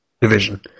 Division